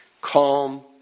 calm